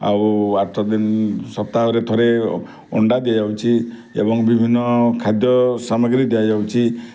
ଆଉ ଆଠ ଦିନ ସପ୍ତାହରେ ଥରେ ଅଣ୍ଡା ଦିଆହେଉଛି ଏବଂ ବିଭିନ୍ନ ଖାଦ୍ୟ ସାମଗ୍ରୀ ଦିଆଯାଉଛି